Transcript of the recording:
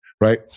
right